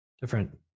different